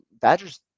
Badgers